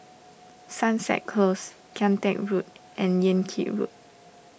Sunset Close Kian Teck Road and Yan Kit Road